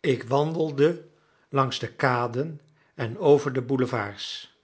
ik wandelde langs de kaden en over de boulevards